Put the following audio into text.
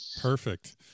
Perfect